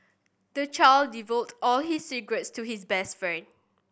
the child divulged all his secrets to his best friend